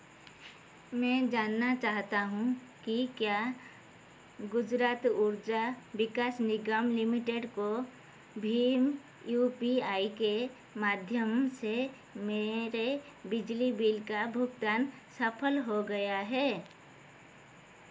मैं जानना चाहता हूँ कि क्या गुज़रात ऊर्जा विकास निगम लिमिटेड को भीम यू पी आई के माध्यम से मेरे बिजली बिल का भुगतान सफल हो गया है